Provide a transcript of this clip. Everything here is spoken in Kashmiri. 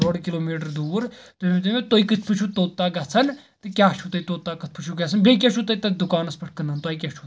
اوٚڈ کِلوٗمیٖٹر دوٗر تُہۍ ؤنۍ تو مےٚ تُہۍ کِتھ پٲٹھۍ چھو توٚتان گَژھان تہٕ کیاہ چِھو تُہۍ توٚتا کتھ پیٹھ چھِو گَژھان بیٚیہِ کیاہ چھِو تُہۍ تتھ دُکانس پیٹھ کٕنان تۄہہِ کیاہ چھو تَتہِ